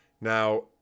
Now